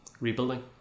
rebuilding